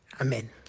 Amen